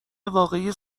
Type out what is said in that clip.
واقعی